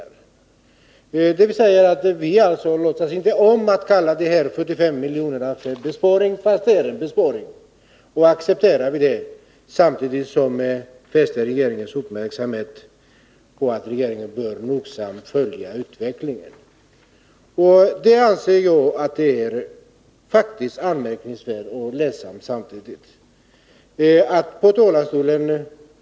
Socialdemokraterna vill med andra ord inte kalla de här 75 milj.kr. för besparing, fastän det är en besparing, och så accepterar de nedskärningen, samtidigt som de fäster regeringens uppmärksamhet på att den nogsamt bör följa utvecklingen. Detta anser jag som sagt vara anmärkningsvärt och samtidigt också ledsamt.